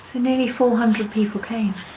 so, nearly four hundred people came?